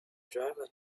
driver